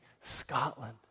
Scotland